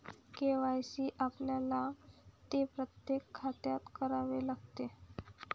KYC आपल्याला ते प्रत्येक खात्यात करावे लागते